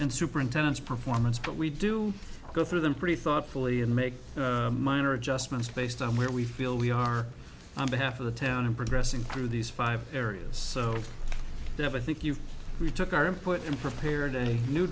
and superintendents performance but we do go through them pretty thoughtfully and make minor adjustments based on where we feel we are on behalf of the town and progressing through these five areas so they have a think you re took our input and prepared a new